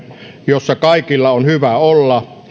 jossa kaikilla on hyvä olla